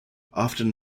often